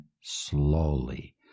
slowly